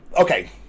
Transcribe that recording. okay